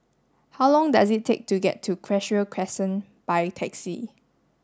how long does it take to get to Cashew Crescent by taxi